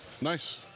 Nice